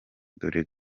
dore